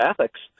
ethics